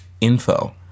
info